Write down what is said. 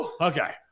Okay